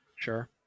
Sure